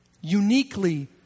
uniquely